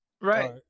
right